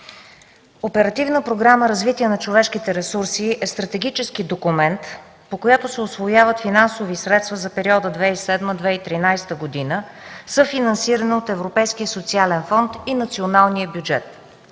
Оперативна програма „Развитие на човешките ресурси” е стратегически документ, по който се усвояват финансови средства за периода 2007-2013 г., съфинансиран от Европейския социален фонд и националния бюджет.